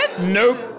Nope